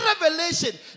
revelation